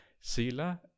sila